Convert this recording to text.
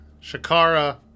Shakara